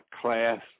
class